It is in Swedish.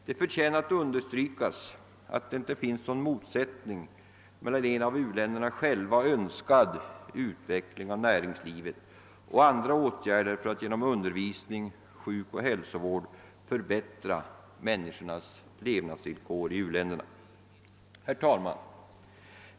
Det förtjänar understrykas att det inte finns någon motsättning mellan en av u-länder na själva önskad utveckling av näringslivet och andra åtgärder för att genom undervisning, sjukoch hälsovård förbättra människornas levnadsvillkor i u-länderna. Herr talman!